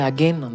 Again